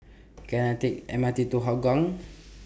Can I Take The M R T to Hougang